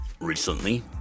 recently